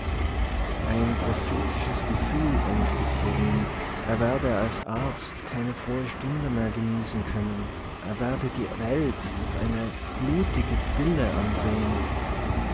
ein prophetisches gefühl ängstigte ihn er werde als arzt keine frohe stunde mehr genießen können er werde die welt durch eine blutige brille ansehen